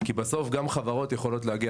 כי בסוף גם חברות יכולות להגיע.